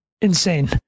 Insane